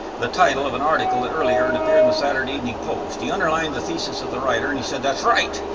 the title of an article that earlier it appeared in the saturday evening post, he underlined the thesis of the writer and he said, that's right,